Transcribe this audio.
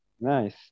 nice